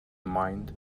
mind